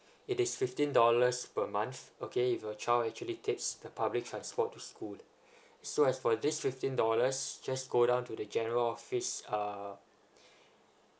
it is fifteen dollars per month okay if your child actually takes the public transport to school so as for this fifteen dollars just go down to the general office uh